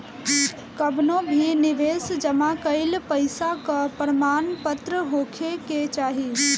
कवनो भी निवेश जमा कईल पईसा कअ प्रमाणपत्र होखे के चाही